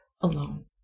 alone